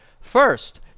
First